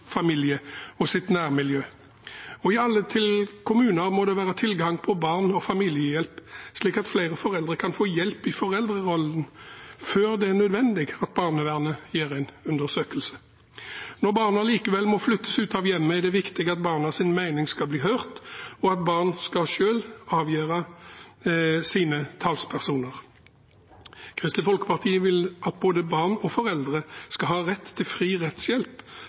familie og sitt nærmiljø. I alle kommuner må det være tilgang på barne- og familiehjelp, slik at flere foreldre kan få hjelp i foreldrerollen før det er nødvendig at barnevernet gjør en undersøkelse. Når et barn allikevel må flyttes ut av hjemmet, er det viktig at barnets mening blir hørt, og at barnet selv får velge sine talspersoner. Kristelig Folkeparti vil at både barn og foreldre skal ha rett til fri rettshjelp